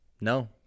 no